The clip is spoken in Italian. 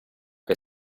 che